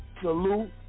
Salute